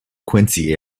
quincy